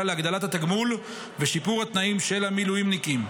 להגדלת התגמול ושיפור התנאים של המילואימניקים.